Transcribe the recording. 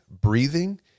breathing